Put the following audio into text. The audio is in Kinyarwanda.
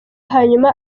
hanyuma